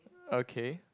okay